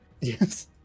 Yes